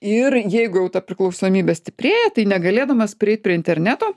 ir jeigu jau ta priklausomybė stiprėja tai negalėdamas prieit prie interneto